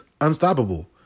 unstoppable